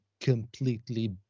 completely